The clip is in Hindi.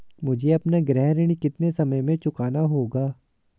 मुझे अपना गृह ऋण कितने समय में चुकाना होगा?